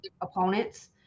opponents